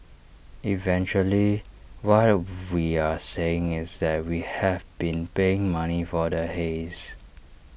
eventually what we are saying is that we have been paying money for the haze